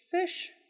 fish